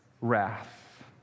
Wrath